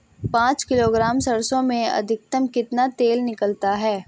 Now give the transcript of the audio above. पाँच किलोग्राम सरसों में अधिकतम कितना तेल निकलता है?